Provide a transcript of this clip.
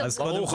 קרויזר, בבקשה.